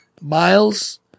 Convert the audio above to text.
Miles